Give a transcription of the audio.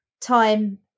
time